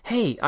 Hey